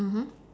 mmhmm